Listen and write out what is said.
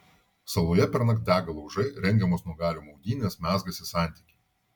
saloje pernakt dega laužai rengiamos nuogalių maudynės mezgasi santykiai